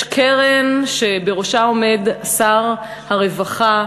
יש קרן, שבראשה עומד שר הרווחה,